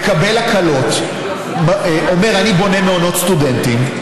מקבל הקלות ואומר: אני בונה מעונות סטודנטים.